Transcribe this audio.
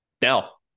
Dell